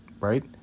right